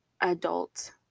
adult